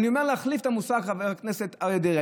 חבר הכנסת אריה דרעי,